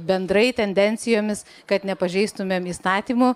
bendrai tendencijomis kad nepažeistumėm įstatymų